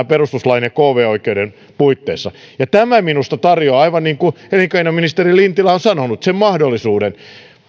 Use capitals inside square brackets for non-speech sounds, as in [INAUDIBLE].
[UNINTELLIGIBLE] perustuslain ja kv oikeuden puitteissa ja minusta tämä tarjoaa aivan niin kuin elinkeinoministeri lintilä on sanonut sen mahdollisuuden